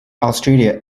australia